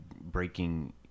breaking